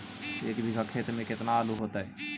एक बिघा खेत में केतना आलू होतई?